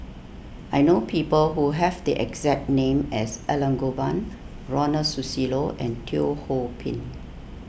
I know people who have the exact name as Elangovan Ronald Susilo and Teo Ho Pin